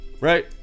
Right